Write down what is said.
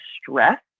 stress